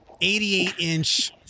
88-inch